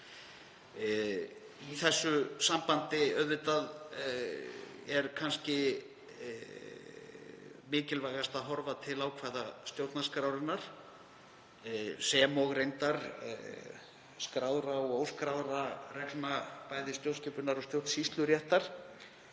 Í þessu sambandi er kannski mikilvægast að horfa til ákvæða stjórnarskrárinnar sem og reyndar skráðra og óskráðra reglna bæði stjórnskipunar- og stjórnsýsluréttar